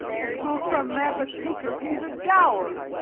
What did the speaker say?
and, will some man but take her, pays a dower!